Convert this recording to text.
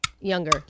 Younger